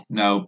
no